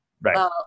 Right